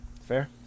Fair